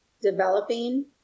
developing